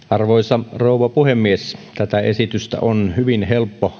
arvoisa rouva puhemies tätä esitystä on hyvin helppo